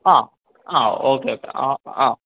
ആ ആ okay okay ആ അ